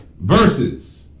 versus